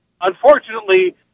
unfortunately